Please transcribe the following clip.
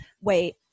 Wait